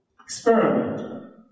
Experiment